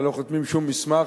ולא חותמים על שום מסמך,